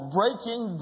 breaking